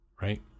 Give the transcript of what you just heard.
right